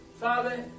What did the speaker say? Father